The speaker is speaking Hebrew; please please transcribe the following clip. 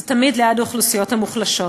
זה תמיד ליד האוכלוסיות המוחלשות.